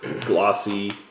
glossy